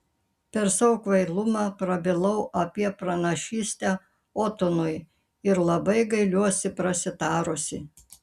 per savo kvailumą prabilau apie pranašystę otonui ir labai gailiuosi prasitarusi